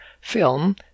film